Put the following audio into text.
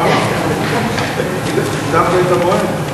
ההצעה להעביר את הנושא לוועדת הכלכלה נתקבלה.